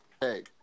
Hey